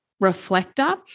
reflector